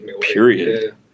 Period